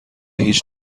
هیچ